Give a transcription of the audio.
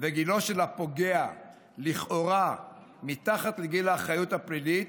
וגילו של הפוגע לכאורה הוא מתחת לגיל האחריות הפלילית,